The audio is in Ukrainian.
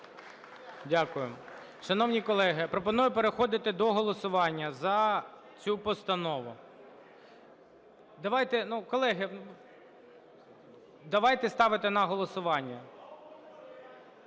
Дякую. Шановні колеги, пропоную переходити до голосування за цю постанову. Давайте… Колеги, давайте ставити на голосування.